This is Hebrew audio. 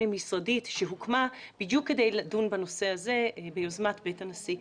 משרדית שהוקמה בדיוק כדי לדון בנושא הזה ביוזמת בית הנשיא.